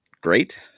great